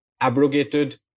abrogated